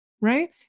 right